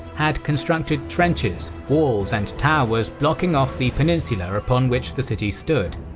had constructed trenches, walls and towers blocking off the peninsula upon which the city stood.